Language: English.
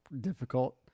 difficult